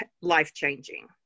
life-changing